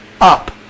up